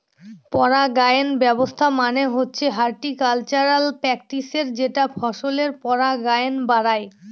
পরাগায়ন ব্যবস্থা মানে হচ্ছে হর্টিকালচারাল প্র্যাকটিসের যেটা ফসলের পরাগায়ন বাড়ায়